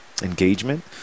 engagement